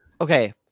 Okay